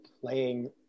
playing